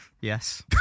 yes